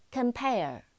Compare